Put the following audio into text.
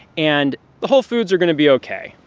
and the whole foods are going to be ok.